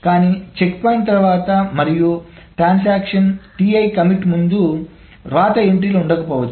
కానీ చెక్పాయింట్ తర్వాత మరియు ట్రాన్సాక్షన్ కమిట్ Ti ముందు వ్రాత ఎంట్రీలు ఉండవచ్చు